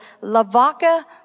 lavaca